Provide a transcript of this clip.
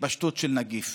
התפשטות של נגיף,